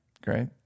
Great